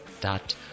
dot